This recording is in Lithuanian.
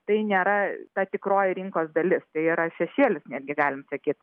tai nėra ta tikroji rinkos dalis tai yra šešėlis netgi galim sakyt